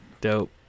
Dope